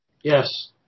Yes